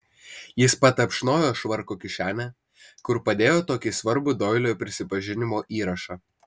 jis patapšnojo švarko kišenę kur padėjo tokį svarbų doilio prisipažinimo įrašą